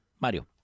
Mario